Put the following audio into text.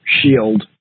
shield